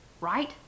Right